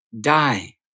die